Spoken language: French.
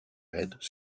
raids